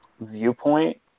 viewpoint